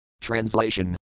Translation